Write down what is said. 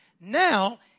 Now